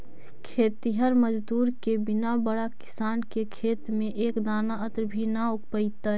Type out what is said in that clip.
खेतिहर मजदूर के बिना बड़ा किसान के खेत में एक दाना अन्न भी न उग पइतइ